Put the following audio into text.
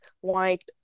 white